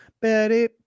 betty